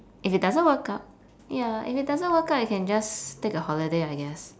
if it doesn't work out ya if it doesn't work out you can just take a holiday I guess